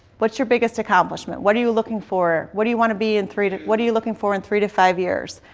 what's your biggest accomplishment? what are you looking for what do you want to be in three to what are you looking for in three to five years?